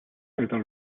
either